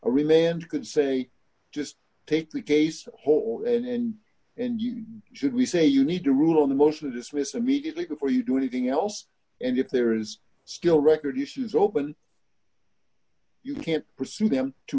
and you could say just take the case whole and and you should we say you need to rule on the motion to dismiss immediately before you do anything else and if there is still record issues open you can't pursue them to